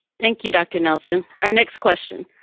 thank you, dr. nelson. our next question.